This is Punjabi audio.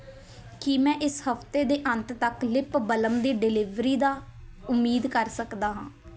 ਕੀ ਮੈਂ ਇਸ ਹਫਤੇ ਦੇ ਅੰਤ ਤੱਕ ਲਿਪ ਬਲਮ ਦੀ ਡਿਲੀਵਰੀ ਦੀ ਉਮੀਦ ਕਰ ਸਕਦਾ ਹਾਂ